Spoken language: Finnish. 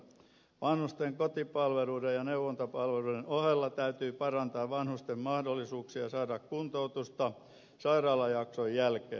vanhusten kotipalveluiden ja neuvontapalveluiden ohella täytyy parantaa vanhusten mahdollisuuksia saada kuntoutusta sairaalajakson jälkeen